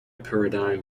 paradigm